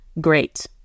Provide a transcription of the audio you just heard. great